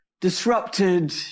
disrupted